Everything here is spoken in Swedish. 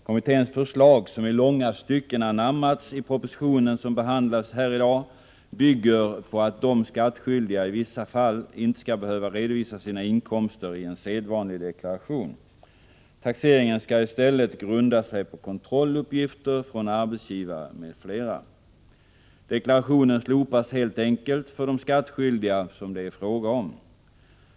Kommitténs förslag, som i långa stycken anammats i propositionen som behandlas i detta betänkande, bygger på att de skattskyldiga i vissa fall inte skall behöva redovisa sina inkomster i en sedvanlig deklaration. Taxeringen skall i stället grunda sig på kontrolluppgifter från arbetsgivare m.fl. Deklarationen slopas helt enkelt för de skattskyldiga som det är fråga om.